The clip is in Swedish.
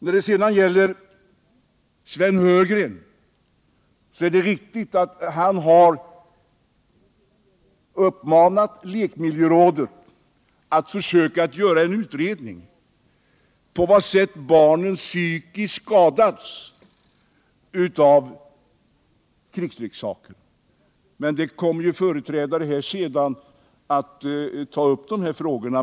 När det sedan gäller Sven Heurgren är det riktigt att han har uppmanat lekmiljörådet att företaga utredning om barnen psykiskt kan skadas av krigsleksaker. Dessa frågor kommer andra talare att ta upp senare.